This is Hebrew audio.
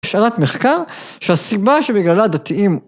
שאלת מחקר שהסיבה שבגללה דתיים